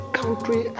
country